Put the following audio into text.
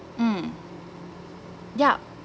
mmhmm yup